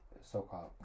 so-called